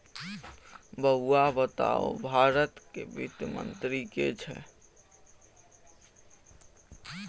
बौआ बताउ भारतक वित्त मंत्री के छै?